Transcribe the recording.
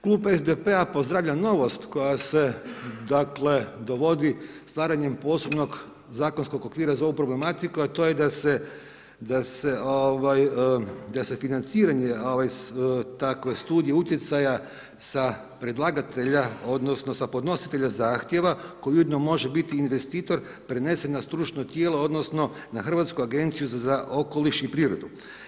Klub SDP-a pozdravlja novost koja se, dakle dovodi stvaranjem posebnog zakonskog okvira za ovu problematiku, a to je da se financiranje takve studije utjecaja sa predlagatelja, odnosno sa podnositelja zahtijeva koji ujedno može biti i investitor prenese na stručno tijelo, odnosno na Hrvatsku agenciju za okoliš i prirodu.